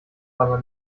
aber